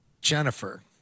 Jennifer